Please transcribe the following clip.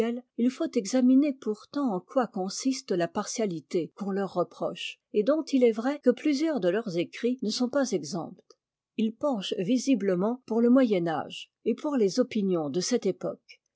il faut examiner pourtant en quoi consiste la partialité qu'on leur reproche et dont il est vrai que plusieurs de leurs écrits ne sont pas exempts ils penchent visiblement pour le moyen âge et pour les opinions de cette époque